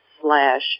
slash